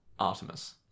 Artemis